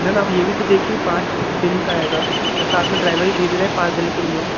ma'am आप यह भी तो देखिए पाँच दिन का है और साथ में ड्राइवर भी भेज रहे हैं पाँच दिन के लिए